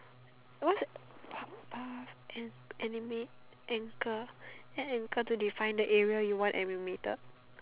what's uh uh an animate ankle add ankle to define the area you want and every metre